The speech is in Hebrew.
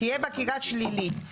תהיה שלילית.